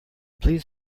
please